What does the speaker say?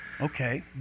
Okay